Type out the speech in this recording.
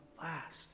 last